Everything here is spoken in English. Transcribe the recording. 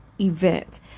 event